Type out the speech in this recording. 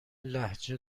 لهجه